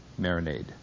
marinade